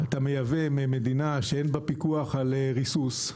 אתה מייבא ממדינה שאין בה פיקוח על ריסוס,